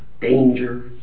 danger